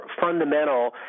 fundamental